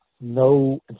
no